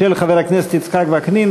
של חבר הכנסת יצחק וקנין.